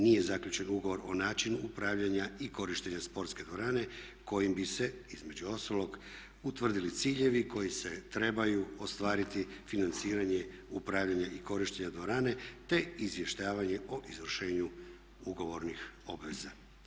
Nije zaključen ugovor o načinu upravljanja i korištenja sportske dvorane kojim bi se između ostalog utvrdili ciljevi koji se trebaju ostvariti financiranjem upravljanja i korištenja dvorane te izvještavanje o izvršenju ugovornih obveza.